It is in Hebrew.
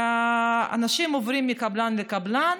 האנשים עוברים מקבלן לקבלן,